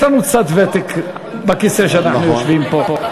יש לנו קצת ותק בכיסא שאנחנו יושבים פה,